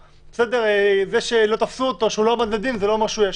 זה שהוא לא עמד לדין זה לא אומר שהוא ישר.